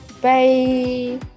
Bye